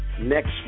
next